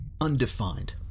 undefined